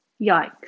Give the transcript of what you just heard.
Yikes